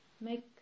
make